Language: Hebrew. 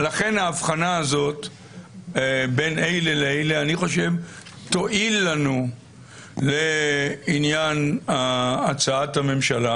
לכן ההבחנה הזאת בין אלה לאלה תועיל לנו לעניין הצעת הממשלה.